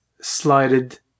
slided